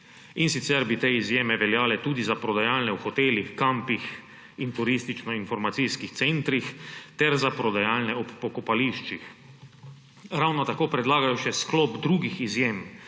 in sicer bi te izjeme veljale tudi za prodajalne v hotelih, kampih in turističnoinformacijskih centrih ter za prodajalne ob pokopališčih. Ravno tako predlagajo še sklop drugih izjem,